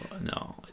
no